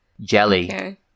jelly